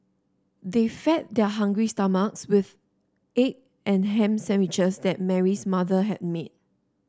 they fed their hungry stomachs with egg and ham sandwiches that Mary's mother had made